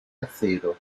acero